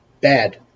Bad